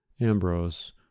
Ambrose